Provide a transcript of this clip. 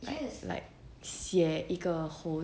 like 写一个 whole